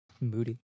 moody